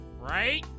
right